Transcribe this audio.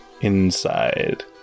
inside